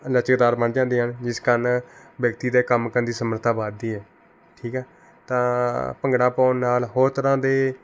ਲਚਕਦਾਰ ਬਣ ਜਾਂਦੀਆਂ ਹਨ ਜਿਸ ਕਾਰਨ ਵਿਅਕਤੀ ਦੇ ਕੰਮ ਕਰਨ ਦੀ ਸਮਰੱਥਾ ਵੱਧਦੀ ਹੈ ਠੀਕ ਹੈ ਤਾਂ ਭੰਗੜਾ ਪਾਉਣ ਨਾਲ ਹੋਰ ਤਰ੍ਹਾਂ ਦੇ